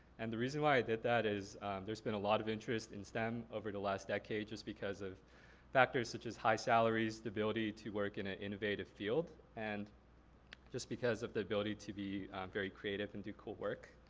and the reason why i did that is there's been a lot of interested in stem over the last decade just because of factors such as high salaries, stability to work in a innovative field. and just because of the ability to be very creative and do cool work.